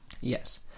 yes